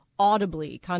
audibly